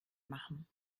machen